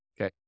Okay